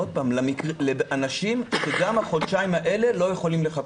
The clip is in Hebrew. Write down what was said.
עוד פעם אנשים שגם החודשיים האלה לא יכולים לחכות.